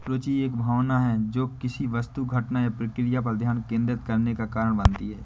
रूचि एक भावना है जो किसी वस्तु घटना या प्रक्रिया पर ध्यान केंद्रित करने का कारण बनती है